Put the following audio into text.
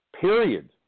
period